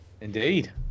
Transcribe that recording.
indeed